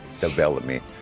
Development